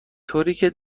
طوریکه